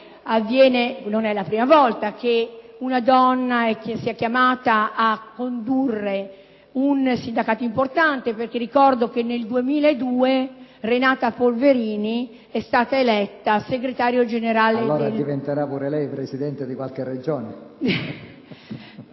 Non è la prima volta che una donna è chiamata a condurre un sindacato importante: ricordo che nel 2002 Renata Polverini è stata eletta segretario generale dell'UGL. PRESIDENTE. Allora diventerà anche lei presidente di qualche Regione.